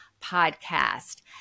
podcast